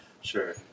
Sure